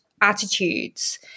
attitudes